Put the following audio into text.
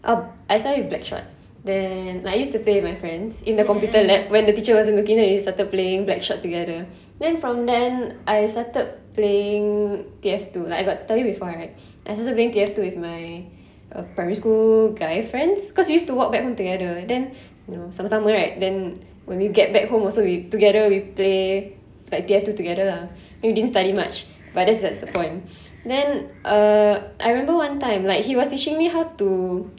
uh I started with BlackShot then like I used to play my with friends in the computer lab when the teacher wasn't looking then we started playing BlackShot together then from then I started playing T_F two like I got tell you before right I started playing T_F two with my uh primary school guy friends cause we used to walk back from together then you know sama-sama right then when you get back home also we together we play like T_F two together lah then we didn't study much but that's besides the point then uh I remember one time like he was teaching me how to